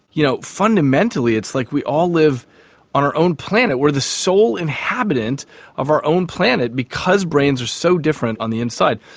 you know fundamentally it's like we all live on our own planet. we are the sole inhabitant of our own planet because brains are so different on the inside.